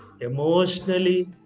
emotionally